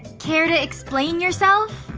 care to explain yourself?